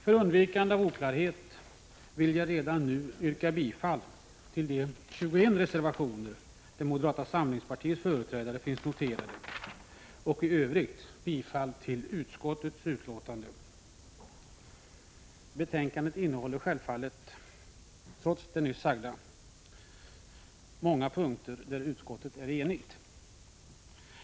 För undvikande av oklarhet vill jag redan nu yrka bifall till de 21 reservationer där moderata samlingspartiets företrädare finns noterade och i övrigt bifall till utskottets hemställan. Betänkandet innehåller självfallet trots det nu sagda många punkter där utskottet är enigt.